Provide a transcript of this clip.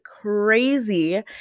crazy